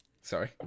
Sorry